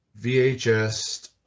vhs